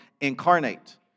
incarnate